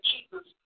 Jesus